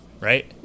Right